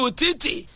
titi